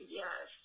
yes